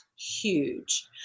huge